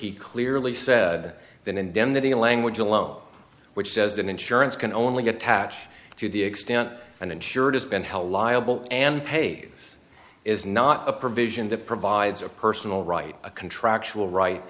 he clearly said that indemnity language alone which says that insurance can only get attached to the extent and insured has been held liable and paid this is not a provision that provides a personal right a contractual right